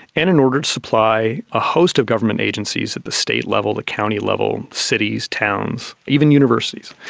and in order to supply a host of government agencies at the state level, the county level, cities, towns, even universities.